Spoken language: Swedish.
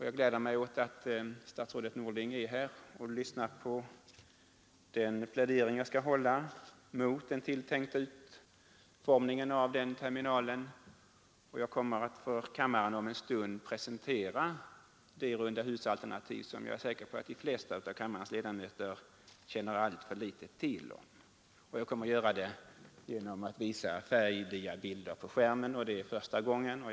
Jag gläder mig åt att statsrådet Norling är här och lyssnar på den plädering jag skall göra mot den tilltänkta utformningen av utrikesterminalen. Jag kommer om en stund att för kammaren presentera det rundahusalternativ som jag är säker på att de flesta av kammarens ledamöter känner till alltför litet om. Jag kommer att göra det genom att visa färgdiabilder på TV-skärmen — för första gången här i kammaren.